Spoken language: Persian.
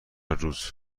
روز